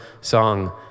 song